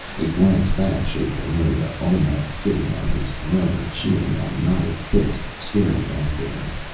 a glance back showed valeria olmec sitting on his throne, chin on knotted fist, staring after them.